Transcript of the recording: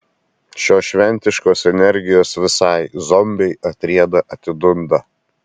šios šventiškos energijos visai zombiai atrieda atidunda